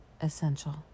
essential